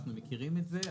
אנחנו מכירים את זה.